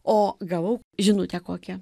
o gavau žinutę kokią